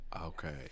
Okay